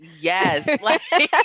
yes